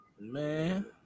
Man